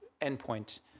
endpoint